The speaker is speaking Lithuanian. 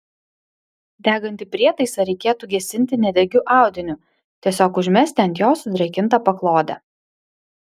degantį prietaisą reikėtų gesinti nedegiu audiniu tiesiog užmesti ant jo sudrėkintą paklodę